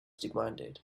demanded